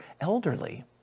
elderly